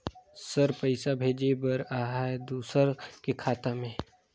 Sir पइसा भेजे बर आहाय दुसर के खाता मे?